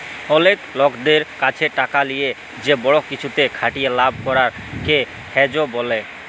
অলেক লকদের ক্যাছে টাকা লিয়ে যে বড় কিছুতে খাটিয়ে লাভ করাক কে হেজ ব্যলে